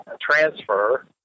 transfer